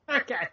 Okay